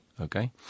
Okay